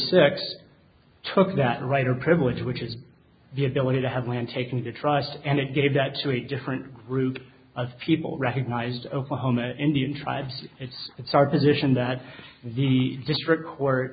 six took that right or privilege which is the ability to have land taken to trust and it gave that to a different group of people recognized oklahoma indian tribes it's hard to listen that the district